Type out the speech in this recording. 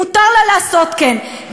מותר לה לעשות כן.